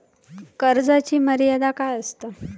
कर्जाची मर्यादा काय असता?